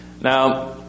Now